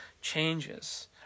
changes